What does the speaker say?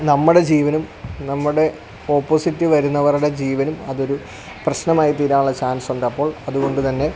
നമ്മുടെ ജീവനും നമ്മടെ ഓപ്പോസിറ്റ് വരുന്നവരുടെ ജീവനും അതൊരു പ്രശ്നമായി തീരാനുള്ള ചാൻസ് ഉണ്ട് അപ്പോൾ അതുകൊണ്ട് തന്നെ